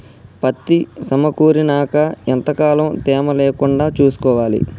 పత్తి సమకూరినాక ఎంత కాలం తేమ లేకుండా చూసుకోవాలి?